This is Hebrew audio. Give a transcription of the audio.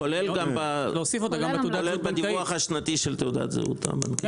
כולל גם בדיווח השנתי של תעודת הזהות הבנקאית, כן?